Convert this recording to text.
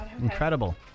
incredible